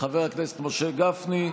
חבר הכנסת משה גפני.